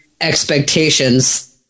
expectations